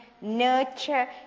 ...nurture